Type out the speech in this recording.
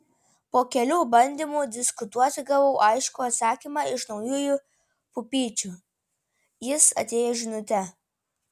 po kelių bandymų diskutuoti gavau aiškų atsakymą iš naujųjų pupyčių jis atėjo žinute